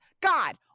God